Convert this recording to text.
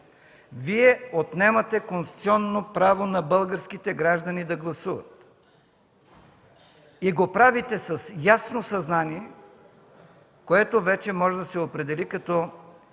Вие отнемате конституционно право на българските граждани да гласуват. И го правите с ясно съзнание, което вече може да се определи като не